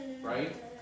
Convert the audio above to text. right